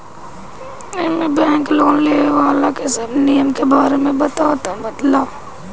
एमे bank loan लेवे वाला के सब नियम के बारे में बतावे ला